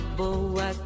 boa